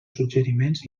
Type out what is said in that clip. suggeriments